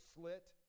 slit